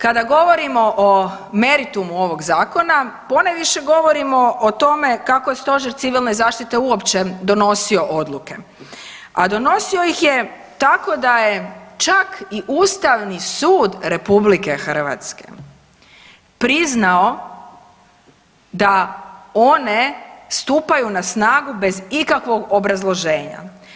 Kada govorimo o meritumu ovog Zakona, ponajviše govorimo o tome kako je Stožer civilne zaštite uopće donosio odluke, a donosio ih je tako da je čak i Ustavni sud RH priznao da one stupaju na snagu bez ikakvog obrazloženja.